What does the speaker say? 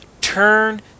Turn